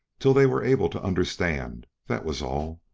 till they were able to understand, that was all.